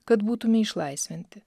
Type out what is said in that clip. kad būtume išlaisvinti